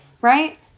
right